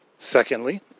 Secondly